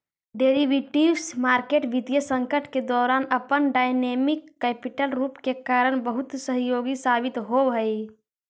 derivatives market वित्तीय संकट के दौरान अपन डायनेमिक कैपिटल रूप के कारण बहुत सहयोगी साबित होवऽ हइ